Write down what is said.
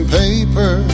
paper